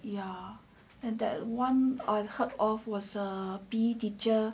ya and that [one] I heard was a P_E teacher